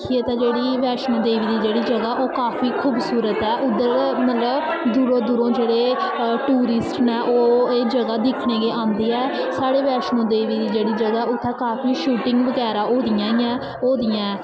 दिक्खिये ते बैष्णो देवी दी जेह्ड़ी जगह् ओह् काफी खूबसूरत ऐ उद्धर दी मतलब दूरों दूरों जेह्ड़े टूरिस्ट न ओह् एह् जगह् दिक्खने गी आंदे ऐ साढ़े बैष्णो देवी दी जेह्ड़ी जगह् उत्थें काफी शूटिंग बगैरा होदियां ऐं होदियां ऐं